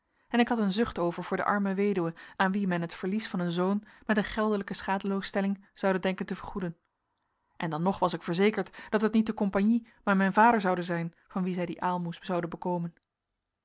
en ik had een zucht over voor de arme weduwe aan wie men het verlies van een zoon met een geldelijke schadeloosstelling zoude denken te vergoeden en dan nog was ik verzekerd dat het niet de compagnie maar mijn vader zoude zijn van wien zij die aalmoes zoude bekomen